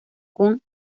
con